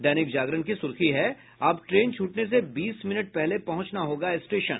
दैनिक जागरण की सुर्खी है अब ट्रेन छूटने से बीस मिनट पहले पहुंचना होगा स्टेशन